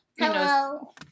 hello